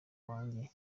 wanjye